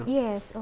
yes